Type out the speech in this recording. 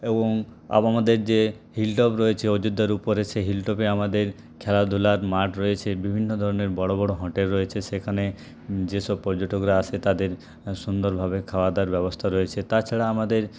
এবং আমাদের যে হিলটপ রয়েছে অযোধ্যার উপরে সেই হিলটপে আমাদের খেলাধুলার মাঠ রয়েছে বিভিন্ন ধরনের বড়ো বড়ো হোটেল রয়েছে সেখানে যেসব পর্যটকরা আসে তাদের সুন্দরভাবে খাওয়াদাওয়ার ব্যবস্থার রয়েছে তাছাড়া আমাদের